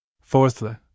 Fourthly